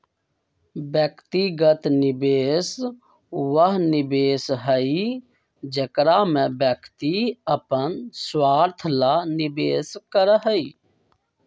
व्यक्तिगत निवेश वह निवेश हई जेकरा में व्यक्ति अपन स्वार्थ ला निवेश करा हई